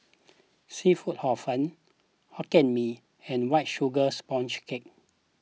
Seafood Hor Fun Hokkien Mee and White Sugar Sponge Cake